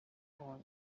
all